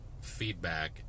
feedback